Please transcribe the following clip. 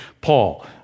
Paul